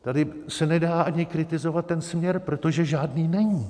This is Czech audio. Tady se nedá ani kritizovat ten směr, protože žádný není.